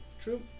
True